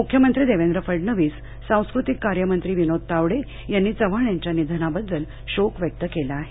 मुख्यमंत्री देवेंद्र फडणवीस सांस्कृतिक कार्य मंत्री विनोद तावडे यांनी चव्हाण यांच्या निधनाबद्दल शोक व्यक्त केला आहे